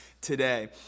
today